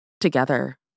together